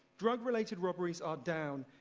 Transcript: drug related robberies are down.